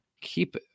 keep